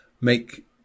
make